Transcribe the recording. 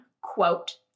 quote